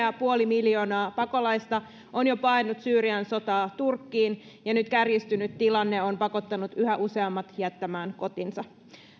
pilkku viisi miljoonaa pakolaista on jo paennut syyrian sotaa turkkiin ja nyt kärjistynyt tilanne on pakottanut yhä useammat jättämään kotinsa